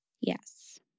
Yes